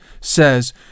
says